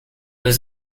was